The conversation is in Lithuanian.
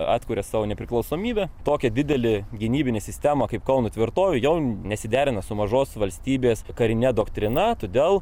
atkuria savo nepriklausomybę tokia didelė gynybinė sistema kaip kauno tvirtovė jau nesiderina su mažos valstybės karine doktrina todėl